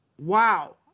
Wow